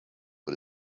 but